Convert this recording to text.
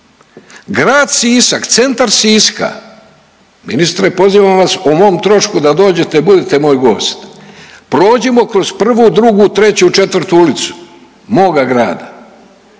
Grad Sisak, centar Siska, ministre pozivam vas o mom trošku da dođete i budete moj gost, prođimo kroz prvu, drugu, treću, četvrtu ulicu moga grada,